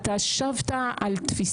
אתה מקדם חוק